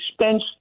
expense